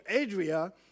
Adria